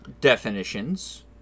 definitions